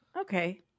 Okay